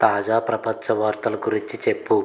తాజా ప్రపంచ వార్తల గురించి చెప్పు